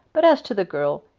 but as to the girl,